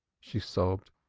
she sobbed.